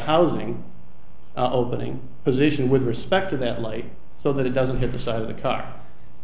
housing opening position with respect to that light so that it doesn't hit the side of the car